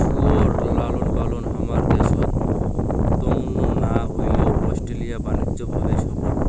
শুয়োর লালনপালন হামার দ্যাশত ত্যামুন না হইলেও অস্ট্রেলিয়া বাণিজ্যিক ভাবে সফল